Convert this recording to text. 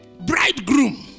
bridegroom